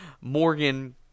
Morgan